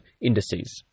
indices